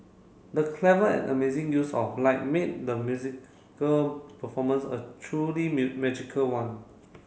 the clever and amazing use of light made the musical performance a truly magical one